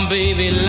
baby